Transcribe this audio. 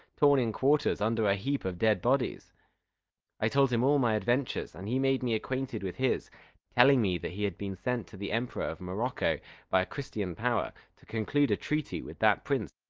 torn in quarters, under a heap of dead bodies i told him all my adventures, and he made me acquainted with his telling me that he had been sent to the emperor of morocco by a christian power, to conclude a treaty with that prince,